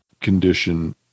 condition